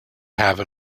have